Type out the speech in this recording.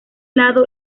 lado